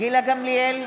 גילה גמליאל,